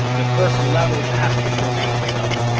the first level past the domain itself.